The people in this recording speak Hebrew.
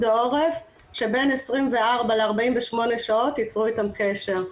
העורף שבין 24-48 שעות יצרו איתו קשר,